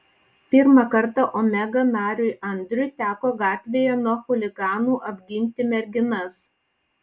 pirmą kartą omega nariui andriui teko gatvėje nuo chuliganų apginti merginas